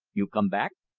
you come back?